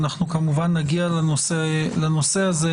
אנחנו כמובן נגיע לנושא הזה.